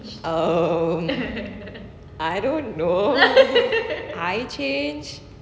oh I don't know I change